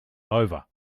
over